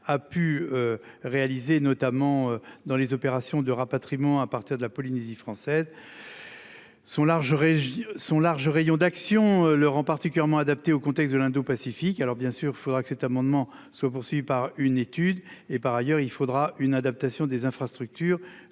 a pu. Réaliser notamment dans les opérations de rapatriement à partir de la Polynésie française. Sont larges. Son large rayon d'action, le rend particulièrement adaptée au contexte de l'indopacifique. Alors bien sûr il faudra que cet amendement soit poursuivi par une étude et par ailleurs, il faudra une adaptation des infrastructures